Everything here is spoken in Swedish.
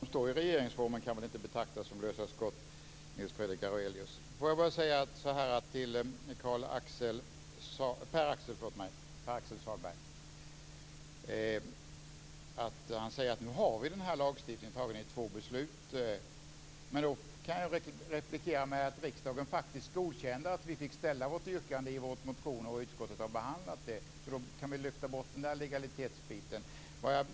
Fru talman! Vad som står i regeringsformen kan väl inte betraktas som lösa skott, Nils Fredrik Aurelius. Jag vill säga så här till Pär Axel Sahlberg. Han säger att vi nu har denna lagstiftning, antagen med två beslut. Då kan jag replikera med att riksdagen faktiskt godkände att vi gjorde vårt yrkande i vår motion och att utskottet har behandlat det. Vi kan lyfta bort legalitetsbiten.